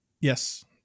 yes